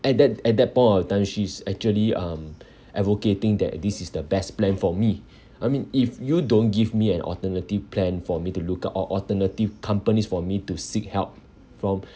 at that at that point of time she's actually um advocating that this is the best plan for me I mean if you don't give me an alternative plan for me to look up or alternative companies for me to seek help from